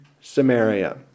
Samaria